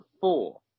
four